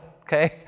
okay